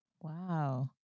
wow